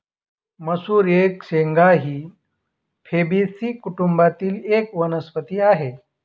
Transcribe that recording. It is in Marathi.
मसूर एक शेंगा ही फेबेसी कुटुंबातील एक वनस्पती आहे